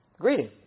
greeting